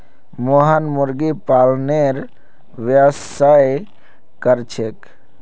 मोहन मुर्गी पालनेर व्यवसाय कर छेक